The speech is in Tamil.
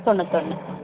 தொண்ணூத்தொன்று